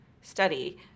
study